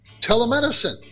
telemedicine